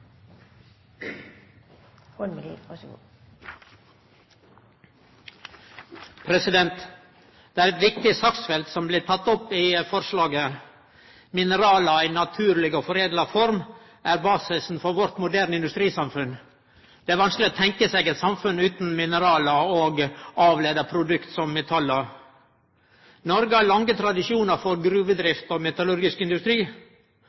viktig saksfelt som blir teke opp i forslaget. Mineral i naturleg og foredla form er basisen for vårt moderne industrisamfunn. Det er vanskeleg å tenkje seg eit samfunn utan mineral og produkt som ein får fram av dei, som metall. Noreg har lange tradisjonar for gruvedrift og metallurgisk industri.